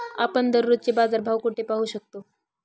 आपण दररोजचे बाजारभाव कोठे पाहू शकतो?